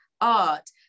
art